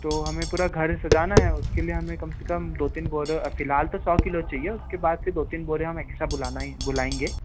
तो हमें पूरा घर सजाना है उसके लिए हमें कम से कम दो तीन बोरे फ़िलहाल तो सौ किलो चाहिए उसके बाद फिर दो तीन बोरे हम एक्स्ट्रा बुलाना ही बुलाएंगे